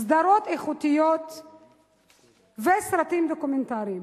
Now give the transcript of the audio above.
סדרות איכותיות וסרטים דוקומנטריים.